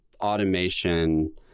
automation